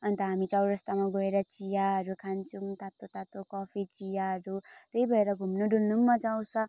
अन्त हामी चौरस्तामा गएर चियाहरू खान्छौँ तातो तातो कफी चियाहरू त्यही भएर घुम्नु डुल्नु पनि मजा आउँछ